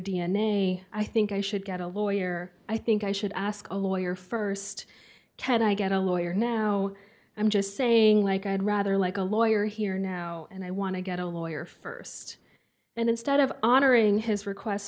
a i think i should get a lawyer i think i should ask a lawyer st ted i get a lawyer now i'm just saying like i'd rather like a lawyer here now and i want to get a lawyer st and instead of honoring his requests